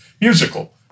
musical